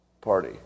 party